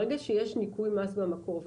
ברגע שיש ניכוי מס במקור,